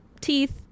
teeth